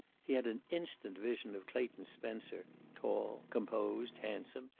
he had an instant vision of clayton spencer, tall, composed, handsome,